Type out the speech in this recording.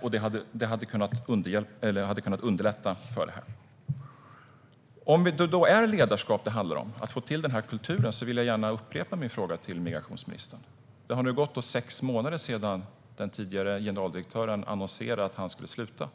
Och det hade kunnat underlätta. Om det då är ledarskap det handlar om för att få till denna kultur vill jag upprepa min fråga till migrationsministern. Det har nu gått sex månader sedan den tidigare generaldirektören annonserade att han skulle sluta.